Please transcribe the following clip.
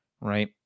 Right